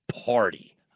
party